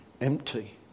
empty